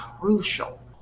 crucial